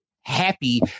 happy